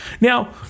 Now